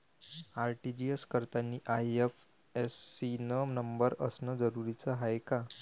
RTGS करतांनी IFSC न number असनं जरुरीच हाय का?